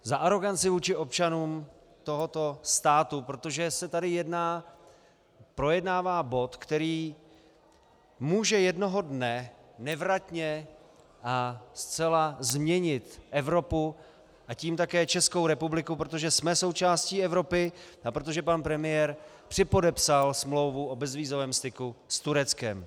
Za aroganci vůči občanům tohoto státu, protože se tady projednává bod, který může jednoho dne nevratně a zcela změnit Evropu, a tím také Českou republiku, protože jsme součástí Evropy a protože pan premiér připodepsal smlouvu o bezvízovém styku s Tureckem.